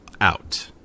out